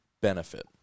benefit